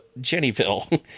Jennyville